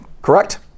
Correct